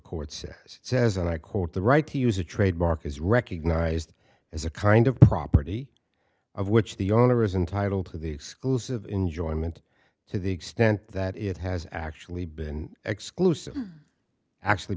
it says and i quote the right to use a trademark is recognized as a kind of property of which the owner is entitle to the exclusive enjoyment to the extent that it has actually been exclusive actually